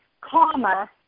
comma